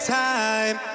time